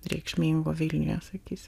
reikšmingo vilniuje sakysim